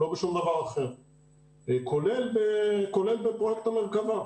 כולל בפרויקט המרכבה.